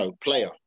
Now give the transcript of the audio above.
player